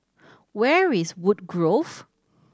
where's Woodgrove